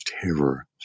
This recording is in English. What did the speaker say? terror